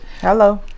hello